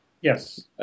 Yes